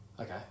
Okay